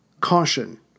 Caution